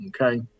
Okay